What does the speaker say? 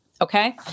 Okay